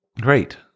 Great